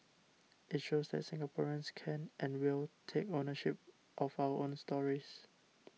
it shows that Singaporeans can and will take ownership of our own stories